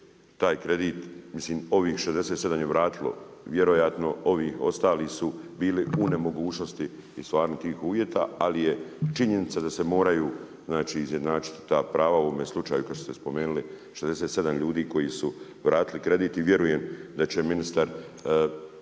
taj kredit, mislim ovih 67 je vratilo, vjerojatno, ovi ostali su bili u nemogućnosti …/Govornik se ne razumije./… uvjeta, ali je činjenica da se moraju izjednačiti ta prava u ovome slučaju kad ste spomenuli 67 ljudi koji su vratili kredit i vjerujem da će ministar